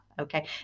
Okay